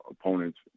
opponents